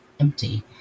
empty